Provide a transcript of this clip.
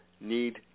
need